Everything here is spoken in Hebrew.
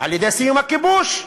על-ידי סיום הכיבוש,